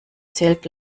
zählt